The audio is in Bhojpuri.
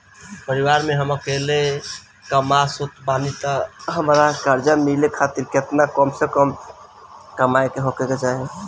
परिवार में हम अकेले कमासुत बानी त हमरा कर्जा मिले खातिर केतना कम से कम कमाई होए के चाही?